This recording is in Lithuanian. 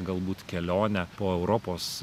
galbūt kelionę po europos